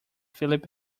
philip